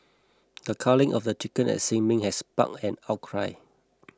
the culling of the chickens at Sin Ming had sparked an outcry